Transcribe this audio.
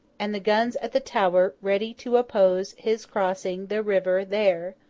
and the guns at the tower ready to oppose his crossing the river there,